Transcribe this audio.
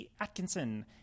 Atkinson